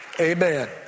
Amen